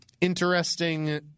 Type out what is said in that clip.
interesting